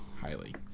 highly